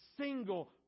single